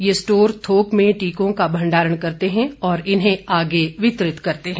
ये स्टोर थोक में टीकों का भण्डारण करते हैं और इन्हें आगे वितरित करते हैं